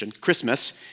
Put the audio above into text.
Christmas